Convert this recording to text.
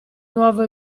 nuovo